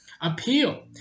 appeal